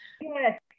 Yes